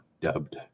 dubbed